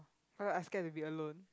uh I scared to be alone